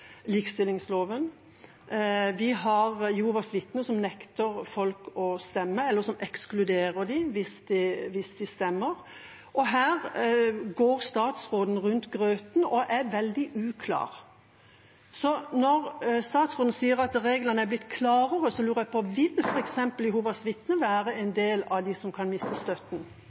likestillingsloven. Vi har Jehovas vitner, som nekter folk å stemme, eller som ekskluderer dem hvis de stemmer. Her går statsråden rundt grøten og er veldig uklar. Så når statsråden sier at reglene er blitt klarere, lurer jeg på: Vil f.eks. Jehovas vitner være en del av dem som kan miste støtten?